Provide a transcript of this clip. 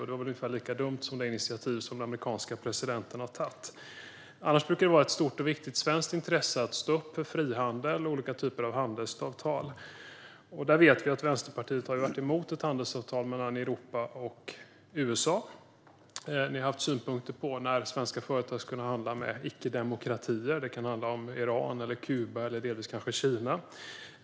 Det var ungefär lika dumt som den amerikanske presidentens initiativ. Det brukar annars vara ett stort och viktigt svenskt intresse att stå upp för frihandel och olika typer av handelsavtal. Vi vet att Vänsterpartiet har varit emot ett handelsavtal mellan Europa och USA. Man har haft synpunkter på att svenska företag skulle handla med icke-demokratier, till exempel Iran, Kuba eller kanske delvis Kina.